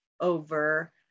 over